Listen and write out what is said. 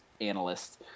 analysts